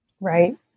Right